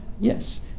Yes